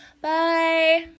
Bye